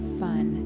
fun